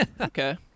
Okay